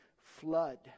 flood